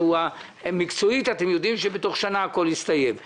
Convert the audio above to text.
אם לא יודעים אם מהבחינה המקצועית הכול יסתיים תוך שנה.